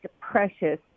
precious